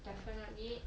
definitely